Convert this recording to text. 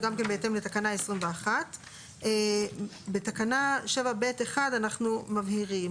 זה גם כן בהתאם לתקנה 21א. בתקנה 7(ב)(1) אנחנו מבהירים